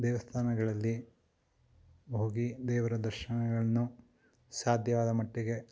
ದೇವಸ್ಥಾನಗಳಲ್ಲಿ ಹೋಗಿ ದೇವರ ದರ್ಶನಗಳನ್ನು ಸಾಧ್ಯವಾದ ಮಟ್ಟಿಗೆ